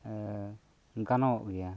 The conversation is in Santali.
ᱜᱟᱱᱚᱜ ᱜᱮᱭᱟ